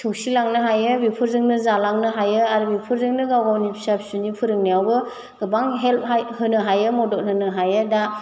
सौसिलांनो हायो बेफोरजोंनो जालांनो हायो आरो बेफोरजोंनो गाव गावनि फिसा फिसौनि फोरोंनायावबो गोबां हेल्फ होनो हायो मदद होनो हायो दा